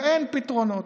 ואין פתרונות.